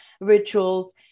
rituals